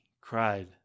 cried